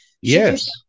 Yes